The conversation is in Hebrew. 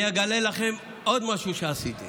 אני אגלה לכם עוד משהו שעשיתי: